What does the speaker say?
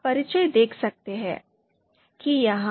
आप परिचय देख सकते हैं कि यह